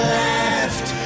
left